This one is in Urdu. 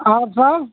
اور سب